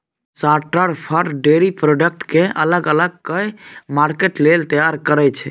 food शार्टर फर, dairy product केँ अलग अलग कए मार्केट लेल तैयार करय छै